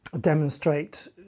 Demonstrate